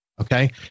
Okay